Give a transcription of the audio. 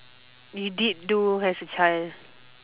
you did do as a child